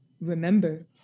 remember